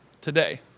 today